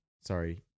Sorry